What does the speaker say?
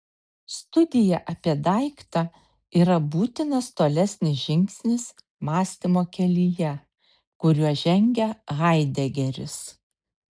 studija apie daiktą yra būtinas tolesnis žingsnis mąstymo kelyje kuriuo žengia haidegeris